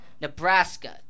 Nebraska